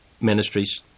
ministries